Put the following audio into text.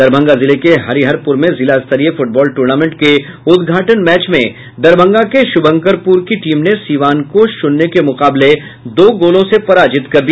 दरभंगा जिले के हरिहरपुर मे जिला स्तरीय फुटबॉल टूर्नामेंट के उद्घाटन मैच में दरभंगा के शुभंकरपुर की टीम ने सीवान को शुन्य के मुकाबले दो गोलों से पराजित कर दिया